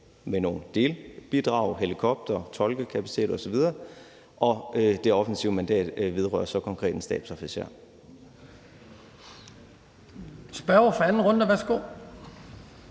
med nogle delbidrag, altså helikoptere, tolkekapacitet osv., og det offensive mandat vedrører så konkret en stabsofficer.